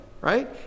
right